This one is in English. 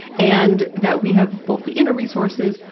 and that we have both the inner resources,